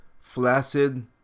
flaccid